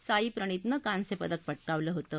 साईप्रणितनं कांस्यपदक पटकावलं होतं